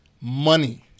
Money